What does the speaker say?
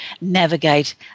navigate